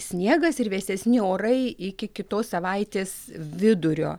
sniegas ir vėsesni orai iki kitos savaitės vidurio